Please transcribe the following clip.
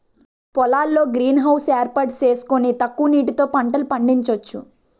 పొలాల్లో greenhouse ఏర్పాటు సేసుకొని తక్కువ నీటితో పంటలు పండించొచ్చు